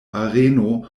areno